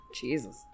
Jesus